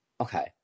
okay